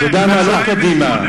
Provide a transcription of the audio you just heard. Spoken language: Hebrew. אתה יודע מה, לא קדימה,